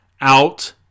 out